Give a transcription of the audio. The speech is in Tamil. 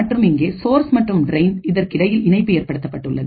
மற்றும் இங்கே சோர்ஸ் மற்றும் டிரெயின் இதற்கிடையில் இணைப்பு ஏற்படுத்தப்பட்டுள்ளது